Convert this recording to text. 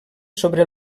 sobre